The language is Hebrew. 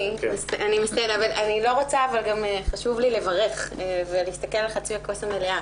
חשוב לי גם לברך ולהסתכל על חצי הכוס המלאה.